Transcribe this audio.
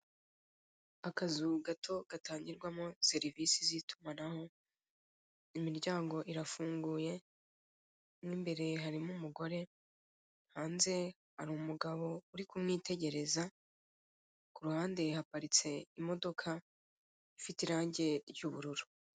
Akazu gato gatangirwamo serivise z'itumanaho, imiryango irafunguye, mo imbere harimo umugore hanze hari uugabo uri kumwitegereza ku ruhannde haparitse imodoka iri mu ibara ry'ubururu.